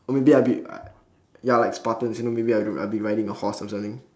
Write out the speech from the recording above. or maybe I'll be ya like spartans you know maybe I'll be I will be riding a horse or something